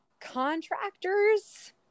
contractors